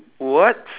what